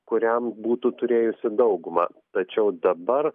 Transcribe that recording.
kuriam būtų turėjusi daugumą tačiau dabar